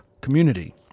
community